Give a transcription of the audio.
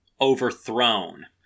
overthrown